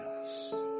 Yes